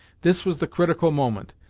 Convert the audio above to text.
this was the critical moment,